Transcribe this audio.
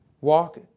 walk